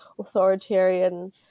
authoritarian